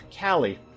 Callie